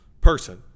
person